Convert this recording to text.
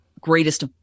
greatest